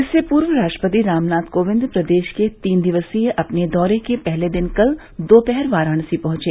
इससे पूर्व राष्ट्रपति रामनाथ कोविंद प्रदेश के तीन दिवसीय अपने दौरे के पहले दिन कल दोपहर वाराणसी पहुंचे